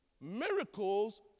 Miracles